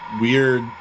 weird